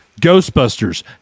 Ghostbusters